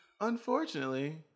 Unfortunately